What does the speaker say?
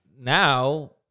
now